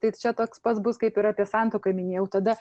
tai čia toks pats bus kaip ir apie santuoką minėjau tada